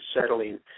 settling